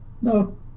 no